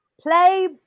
Play